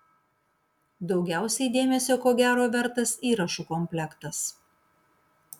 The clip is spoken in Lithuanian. daugiausiai dėmesio ko gero vertas įrašų komplektas